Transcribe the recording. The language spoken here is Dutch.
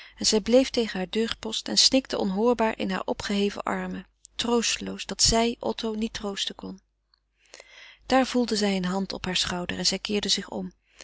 en zij bleef tegen haar deurpost en snikte onhoorbaar in haar opgeheven armen troosteloos dat zij otto niet troosten kon daar voelde zij een hand op haar schouder en zij keerde zich om